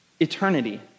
Eternity